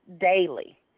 daily